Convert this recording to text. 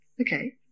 Okay